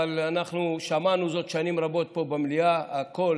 ואנחנו שמענו זאת שנים רבות פה במליאה: הקול,